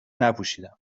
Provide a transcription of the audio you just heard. نپوشیدم